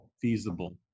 feasible